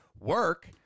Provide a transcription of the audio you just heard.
work